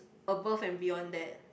above and beyond that